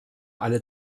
alle